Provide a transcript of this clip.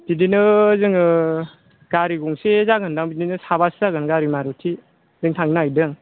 बिदिनो जोङो गारि गंसे जागोनदां बिदिनो सा बासो जागोन गारि मारुटि जों थांनो नागिरदों